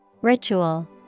Ritual